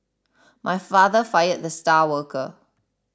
my father fired the star worker